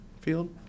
field